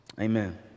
amen